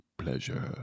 pleasure